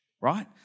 right